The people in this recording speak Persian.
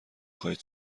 خواهید